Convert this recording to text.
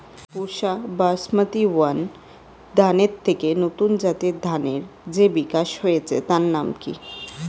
পুসা Basmati one ধানের থেকে নতুন জাতের ধানের যে বিকাশ হয়েছে তার নাম কি?